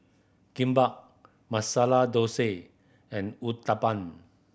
Kimbap Masala Dosa and Uthapam